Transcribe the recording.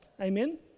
amen